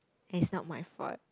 is not my fault